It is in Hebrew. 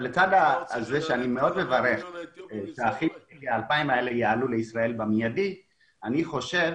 לצד זה שאני מאוד מברך על כך שה-2,000 האלה יעלו לישראל במיידי אני חושב